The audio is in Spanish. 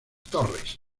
torres